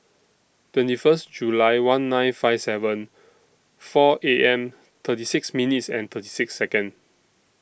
twenty First July one nine five seven four A M thirty six minutes and thirty six Second